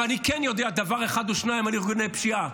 ואני כן יודע דבר אחד או שניים על ארגוני פשיעה.